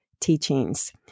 teachings